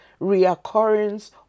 reoccurrence